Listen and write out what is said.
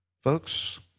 Folks